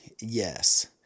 yes